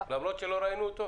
למרות שלא ראינו?